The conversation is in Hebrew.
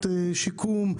שיקום.